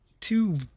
two